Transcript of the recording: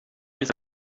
pańska